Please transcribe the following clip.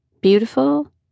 Beautiful